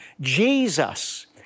Jesus